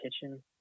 kitchen